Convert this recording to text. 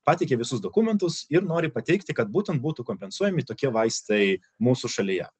pateikė visus dokumentus ir nori pateikti kad būtent būtų kompensuojami tokie vaistai mūsų šalyje